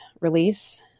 release